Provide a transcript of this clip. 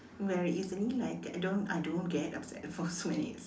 where easily like I don't I don't get upset for so many years